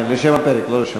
רק שנייה.